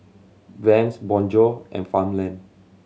Vans Bonjour and Farmland